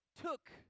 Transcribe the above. took